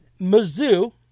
Mizzou